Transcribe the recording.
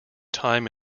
time